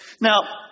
Now